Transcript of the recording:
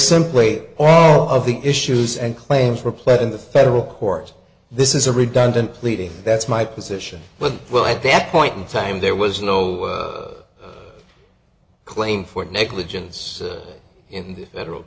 simply all of the issues and claims were played in the federal court this is a redundant pleading that's my position but well at that point in time there was no claim for negligence in the federal